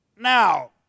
Now